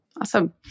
Awesome